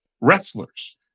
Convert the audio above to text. wrestlers